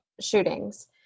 shootings